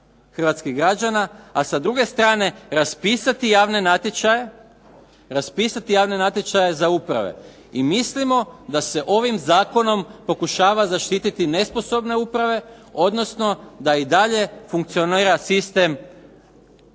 raspisati javne natječaje, raspisati javne natječaje za uprave. I mislimo da se ovim zakonom pokušava zaštititi nesposobne uprave, odnosno da i dalje funkcionira sistem koji